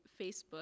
Facebook